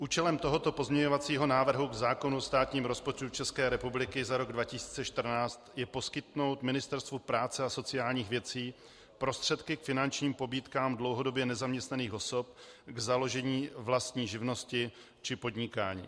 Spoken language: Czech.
Účelem tohoto pozměňovacího návrhu k zákonu o státním rozpočtu České republiky za rok 2014 je poskytnout Ministerstvu práce a sociálních věcí prostředky k finančním pobídkám dlouhodobě nezaměstnaných osob k založení vlastní živnosti či podnikání.